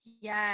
Yes